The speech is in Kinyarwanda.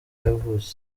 yavutse